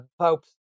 Pope